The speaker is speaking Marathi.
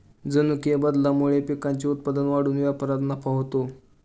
जनुकीय बदलामुळे पिकांचे उत्पादन वाढून व्यापारात नफा होतो